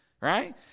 Right